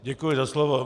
Děkuji za slovo.